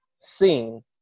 seen